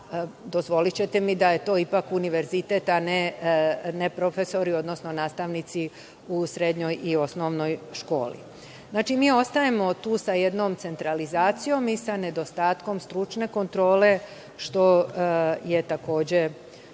dozvolićete mi da je to ipak univerzitet, a ne profesori, odnosno nastavnici u srednjoj i osnovnoj školi. Znači, mi ostajemo tu sa jednom centralizacijom i sa nedostatkom stručne kontrole, što je takođe